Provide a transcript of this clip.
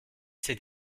cette